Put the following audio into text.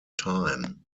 time